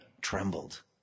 trembled